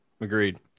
Agreed